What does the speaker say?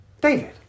David